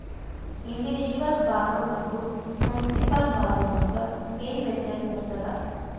Individual ಬಾರೊವರ್ಗು municipal ಬಾರೊವರ್ಗ ಏನ್ ವ್ಯತ್ಯಾಸಿರ್ತದ?